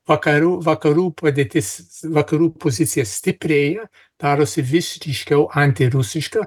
vakarų padėtis vakarų pozicija stiprėja darosi vis ryškiau antirusiška